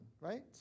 right